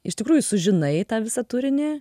iš tikrųjų sužinai tą visą turinį